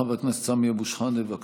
חבר הכנסת סמי אבו שחאדה, בבקשה.